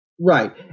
Right